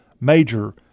major